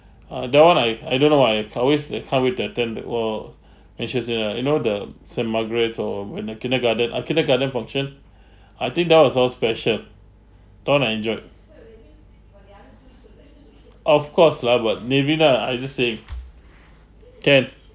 ah that one I I don't know I I always like halfway to attend the !whoa! anxious ah you know the st margaret's or when the kindergarten ah kindergarten function I think that was so special that one I enjoyed of course lah but maybe not I just saying can